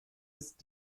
ist